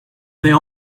their